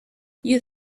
you